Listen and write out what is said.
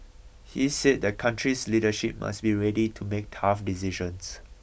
he said the country's leadership must be ready to make tough decisions